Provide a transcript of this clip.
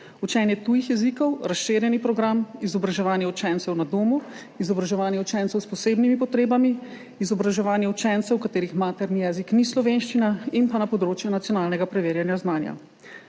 učenje tujih jezikov, razširjeni program, izobraževanje učencev na domu, izobraževanje učencev s posebnimi potrebami, izobraževanje učencev, katerih materni jezik ni slovenščina, in na področje nacionalnega preverjanja znanja.